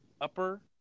upper